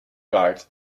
card